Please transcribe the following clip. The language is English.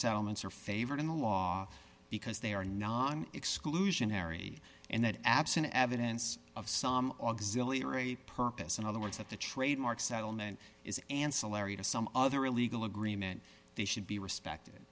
settlements are favored in the law because they are non exclusionary and that absent evidence of some auxiliary purpose in other words that the trademark settlement is ancillary to some other a legal agreement they should be respected